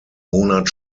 monat